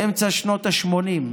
באמצע שנות השמונים,